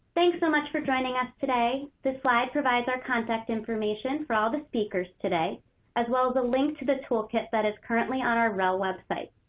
thanks so much for joining us today. this slide provides our contact information for all the speakers today as well as the link to the toolkit that is currently on our rel website.